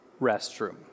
restroom